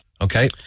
okay